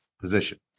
position